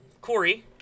Corey